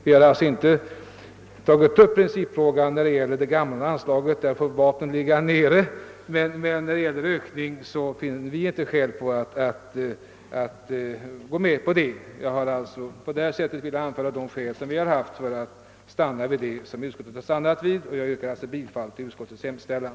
Vi har således inte tagit upp princip — i det avseendet får vapnen ligga nere — men en Ökning finner vi inte skäl att gå med på. || Jag har härmed velat anföra de grunder utskottet har haft för sitt ställningstagande, och jag yrkar, herr talman, bifall till utskottets hemställan.